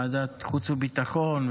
בוועדת חוץ וביטחון,